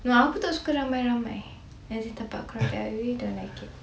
no aku tak suka ramai ramai as in tempat crowded I really don't like it